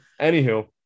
Anywho